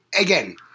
Again